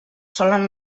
solen